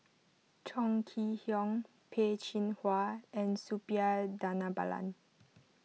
Chong Kee Hiong Peh Chin Hua and Suppiah Dhanabalan